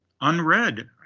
unread